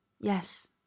Yes